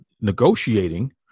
negotiating